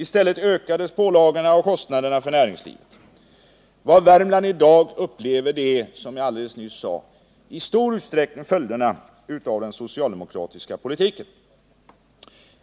I stället ökades pålagorna och kostnaderna för näringslivet. Vad Värmland i dag upplever är, som jag alldeles nyss sade, i stor utsträckning följderna av den socialdemokratiska politiken.